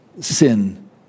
sin